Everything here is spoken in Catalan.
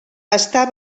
està